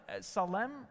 salem